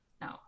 No